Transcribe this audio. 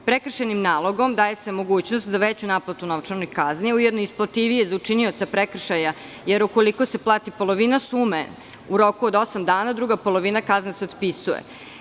Ovim nalogom se daje mogućnost za veću naplatu novčane kazne i ujedno je isplativije za učinioca prekršaja, jer ukoliko se plati polovina sume u roku od osam dana, druga polovina kazne se otpisuje.